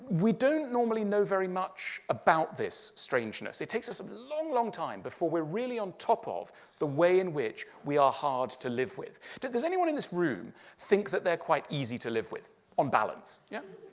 we don't normally know very much about this strangeness. it takes us a long, long time before we are really on top of the way in which we are hard to live with. does does anyone in this room think that they're quite easy to live with on balance? yeah?